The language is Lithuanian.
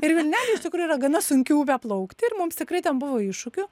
ir vilnelė iš tikrųjų yra gana sunkiau ve plaukti ir mums tikrai ten buvo iššūkių